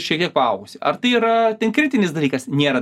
šiek tiek paaugusi ar tai yra ten kritinis dalykas nėra